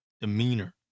demeanor